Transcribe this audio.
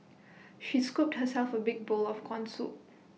she scooped herself A big bowl of Corn Soup